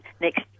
Next